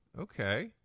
Okay